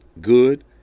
good